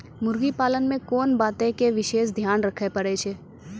मुर्गी पालन मे कोंन बातो के विशेष ध्यान रखे पड़ै छै?